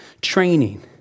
training